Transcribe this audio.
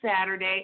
Saturday